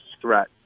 threat